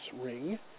ring